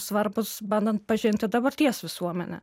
svarbūs bandant pažinti dabarties visuomenę